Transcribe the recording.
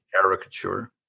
caricature